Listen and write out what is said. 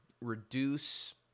reduce